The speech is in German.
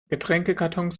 getränkekartons